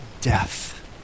death